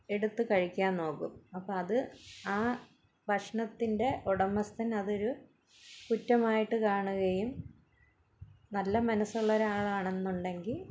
എടുത്ത് കഴിക്കാൻ നോക്കും അപ്പോൾ അത് ആ ഭക്ഷണത്തിൻ്റെ ഉടമസ്ഥൻ അതൊരു കുറ്റമായിട്ട് കാണുകയും നല്ല മനസ്സുള്ള ഒരാളാണെന്നുണ്ടെങ്കിൽ